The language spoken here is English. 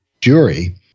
Jury